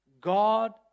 God